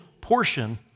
portion